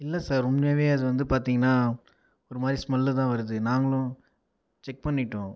இல்லை சார் உண்மையாகவே அது வந்து பார்த்தீங்கனா ஒரு மாதிரி ஸ்மெல்தான் வருது நாங்களும் செக் பண்ணிட்டோம்